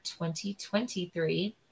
2023